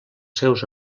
seus